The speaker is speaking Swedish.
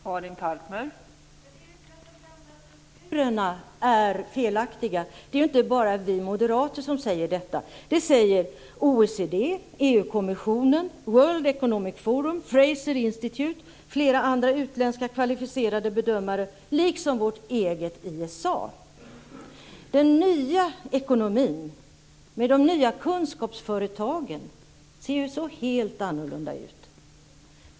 Fru talman! De gamla strukturerna är felaktiga. Det är inte bara vi moderater som säger det, utan det säger också OECD, EU-kommissionen, World Economic Forum, Frazer Institut och flera andra utländska kvalificerade bedömare, liksom vårt eget ISA. Den nya ekonomin med de nya kunskapsföretagen ser helt annorlunda ut.